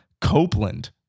Copeland